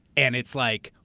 and it's like,